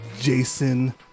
Jason